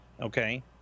okay